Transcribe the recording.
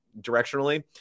directionally